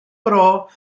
bro